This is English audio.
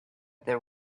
there